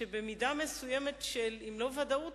למה בחוק ההסדרים? חוק ההסדרים הפך להיות באמת איזשהו